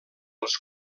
els